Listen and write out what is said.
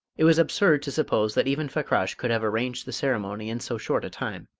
it was absurd to suppose that even fakrash could have arranged the ceremony in so short a time.